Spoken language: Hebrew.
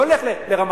אבל לא נלך לרמת-גן.